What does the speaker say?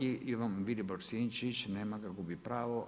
Ivan Vilibor Sinčić, nema ga gubi pravo.